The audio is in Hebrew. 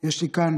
יש לי כאן